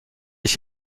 ich